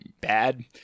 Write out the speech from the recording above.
bad